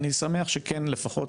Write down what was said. אני שמח שכן לפחות,